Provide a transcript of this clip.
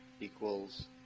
equals